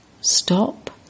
stop